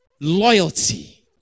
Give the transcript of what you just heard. loyalty